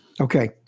Okay